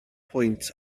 pwynt